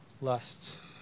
lusts